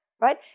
right